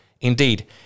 Indeed